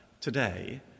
today